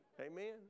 Amen